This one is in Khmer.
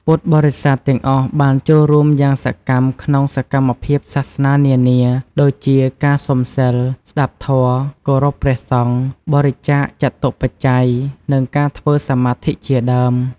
ពុទ្ធបរិស័ទទាំងអស់បានចូលរួមយ៉ាងសកម្មក្នុងសកម្មភាពសាសនានានា ដូចជា ការសុំសីល ស្តាប់ធម៌ គោរពព្រះសង្ឃ បរិច្ចាគចតុបច្ច័យ និងការធ្វើសមាធិជាដើម។